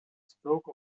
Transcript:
stroke